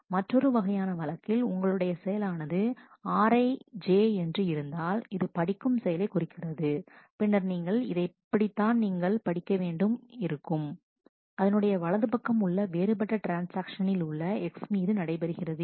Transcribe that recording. மற்றொரு வகையான வழக்கில் உங்களுடைய செயலானது ri J என்று இருந்தாள் அது படிக்கும் செயலைக் குறிக்கிறது பின்னர் நீங்கள் இதை இப்படித்தான் நீங்கள் பார்க்க வேண்டி இருக்கும் அதனுடைய வலது பக்கம் உள்ள வேறுபட்ட ட்ரான்ஸ்ஆக்ஷனில் உள்ள X மீது நடைபெறுகிறது என்று